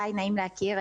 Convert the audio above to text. נעים להכיר.